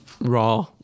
raw